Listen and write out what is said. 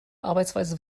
arbeitsweise